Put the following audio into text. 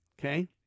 Okay